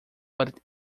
but